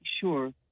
sure